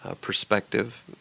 perspective